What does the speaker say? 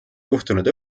juhtunud